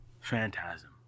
Phantasm